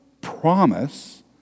promise